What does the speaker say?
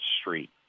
street